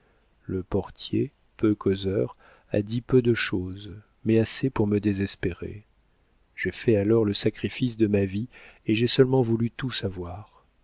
le portier peu causeur a dit peu de chose mais assez pour me désespérer j'ai fait alors le sacrifice de ma vie et j'ai seulement voulu tout savoir